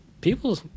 People